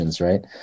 Right